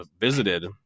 visited